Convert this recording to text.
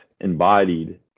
embodied